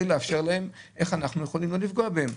לאפשר להם ולראות איך אנחנו יכולים לא לפגוע בהם.